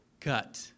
cut